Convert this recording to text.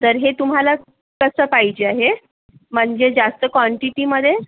तर हे तुम्हाला कसं पाहिजे आहे म्हणजे जास्त काँटिटीमध्ये